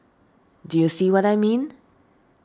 do you see what I mean